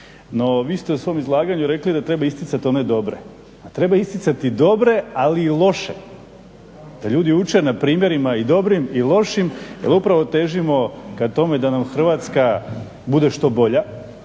No vi ste u svom izlaganju rekli da treba isticati one dobre. A treba isticati dobre, ali i loše da ljudi uče na primjerima i dobrim i lošim jel upravo težimo k tome da nam Hrvatska bude što bolja,